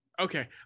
Okay